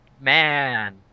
man